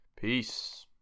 peace